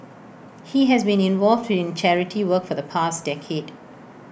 he has been involved in charity work for the past decade